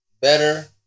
better